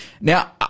Now